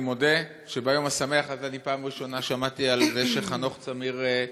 אני מודה שביום השמח הזה אני בפעם ראשונה שמעתי שחנוך צמיר,